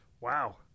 wow